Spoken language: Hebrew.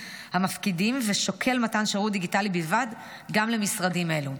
המפקידים ושוקל מתן שירות דיגיטלי בלבד גם למשרדים אלו.